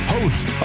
Host